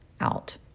out